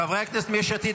חברי הכנסת מיש עתיד,